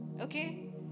okay